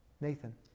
Nathan